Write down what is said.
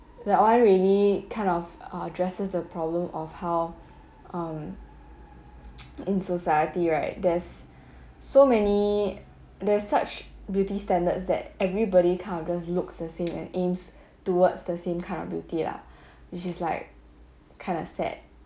that one really kind of addresses the problem of how um in society right there's so many there's such beauty standards that everybody kind of just looks the same and aims towards the same kind of beauty lah which is like kind of sad